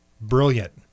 Brilliant